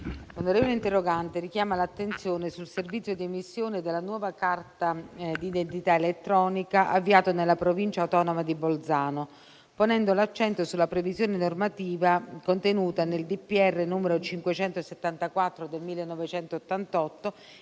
senatore interrogante richiama l'attenzione sul servizio di emissione della nuova carta d'identità elettronica avviato nella Provincia autonoma di Bolzano, ponendo l'accento sulla previsione normativa contenuta nel decreto del